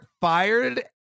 fired